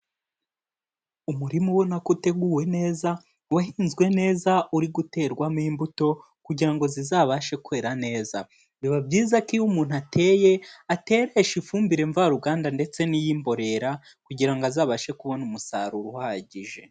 Umurima ubona ko uteguwe neza, wahinzwe neza uri guterwamo imbuto, kugira ngo zizabashe kwera neza. Biba byiza ko iyo umuntu ateye, ateresha ifumbire mvaruganda ndetse n'iy'imborera, kugira ngo azabashe kubona umusaruro uhagije.